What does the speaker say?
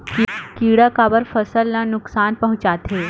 किड़ा काबर फसल ल नुकसान पहुचाथे?